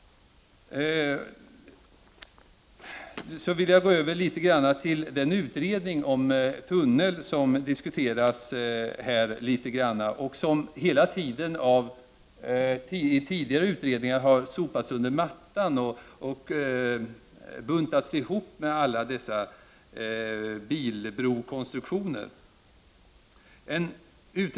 Så vill jag gå över till frågan om en tunnel, som har diskuterats här och som hela tiden i tidigare utredningar har sopats under mattan och buntats ihop med alla dessa bilbrokonstruktioner.